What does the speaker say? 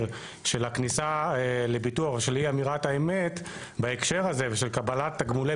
של הכניסה לביטוח ושל אי אמירת האמת בהקשר הזה ושל קבלת תגמולי